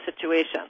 situation